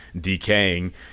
decaying